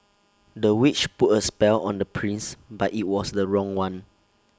the witch put A spell on the prince but IT was the wrong one